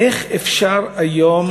איך אפשר היום,